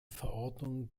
verordnung